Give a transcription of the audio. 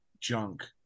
junk